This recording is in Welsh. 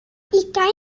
ugain